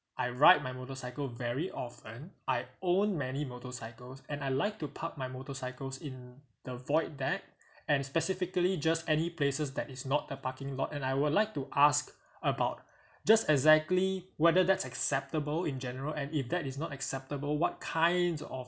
I ride my motorcycle very often I own many motorcycles and I like to part my motorcycles in the void deck and specifically just any places that is not a parking lot and I would like to ask about just exactly whether that's acceptable in general and if that is not acceptable what kinds of